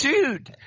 Dude